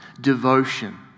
devotion